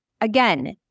Again